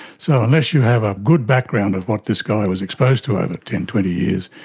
so unless you have a good background of what this guy was exposed to over ten, twenty years,